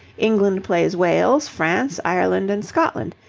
england plays wales, france, ireland, and scotland.